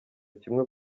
kimwe